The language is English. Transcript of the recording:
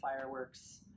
fireworks